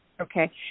okay